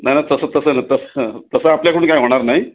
नाही नाही तसं तसं नाही तसं तसं आपल्याकडून काही होणार नाही